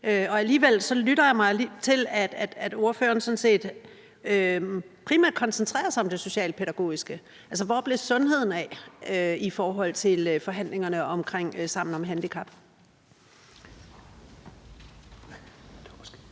Og alligevel lytter jeg mig til, at ordføreren sådan set primært koncentrerede sig om det socialpædagogiske. Altså, hvor bliver sundheden af i forhold til forhandlingerne om Sammen om handicap? Kl.